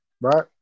right